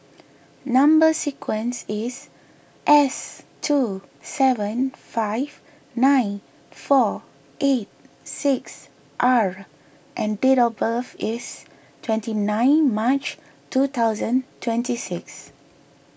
Number Sequence is S two seven five nine four eight six R and date of birth is twenty ninth March two thousand twenty six